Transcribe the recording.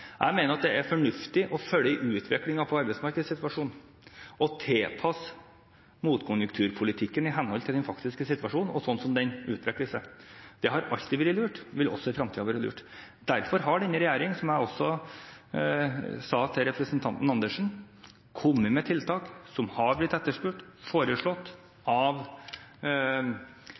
Jeg mener at det er fornuftig å følge utviklingen i arbeidsmarkedssituasjonen og tilpasse motkonjunkturpolitikken i henhold til den faktiske situasjonen, slik den utvikler seg. Det har alltid vært lurt, og vil også i fremtiden være lurt. Derfor har denne regjeringen, som jeg også sa til representanten Dag Terje Andersen, kommet med tiltak som har blitt etterspurt og foreslått